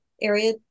area